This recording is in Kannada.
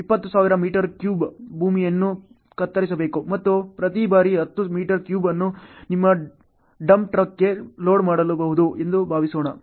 20000 ಮೀಟರ್ ಕ್ಯೂಬ್ ಭೂಮಿಯನ್ನು ಕತ್ತರಿಸಬೇಕು ಮತ್ತು ಪ್ರತಿ ಬಾರಿ 10 ಮೀಟರ್ ಕ್ಯೂಬ್ ಭೂಮಿಯನ್ನು ನಿಮ್ಮ ಡಂಪ್ ಟ್ರಕ್ಗೆ ಲೋಡ್ ಮಾಡಬಹುದು ಎಂದು ಭಾವಿಸೋಣ